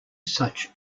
such